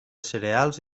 cereals